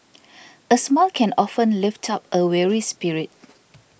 a smile can often lift up a weary spirit